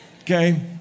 okay